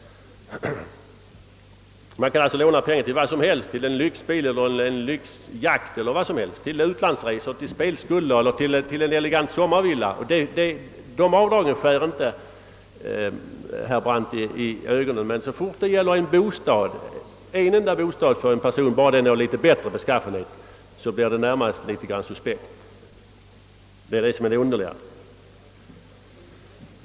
Man kan låna pengar till vad som helst: en lyxbil, en lyxyacht, utlandsresor, spelskulder, en = elegant sommarvilla m., m. Dessa avdrag skär inte herr Brandt i ögonen, men så fort det gäller bostad blir upplåningen suspekt, bara bostaden är av litet bättre beskaffenhet.